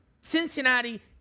Cincinnati